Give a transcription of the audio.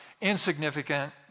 insignificant